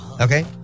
Okay